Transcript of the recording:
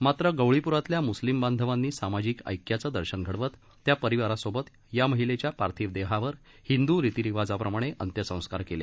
मात्र गवळीप्रातील मुस्लिम बांधवांनी सामाजिक ऐक्याचं दर्शन घडवत त्या परिवारासोबत या महिलेच्या पार्थिव देहावर हिंदू रीतीरिवाजाप्रमाणे अंत्यसंस्कार केले